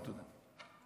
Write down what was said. תודה רבה.